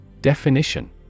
Definition